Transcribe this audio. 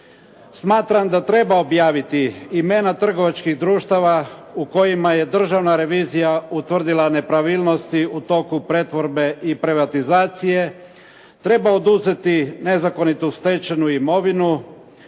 Smatram da treba objaviti imena trgovačkih društava u kojima je državna revizija utvrdila nepravilnosti u toku pretvorbe i privatizacije, treba oduzeti nezakonitu stečenu imovinu.